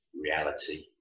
reality